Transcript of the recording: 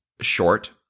short